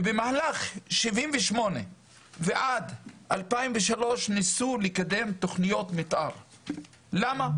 במהלך 1978 ועד 2003 ניסו לקדם תוכניות מתאר, למה?